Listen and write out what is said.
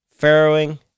farrowing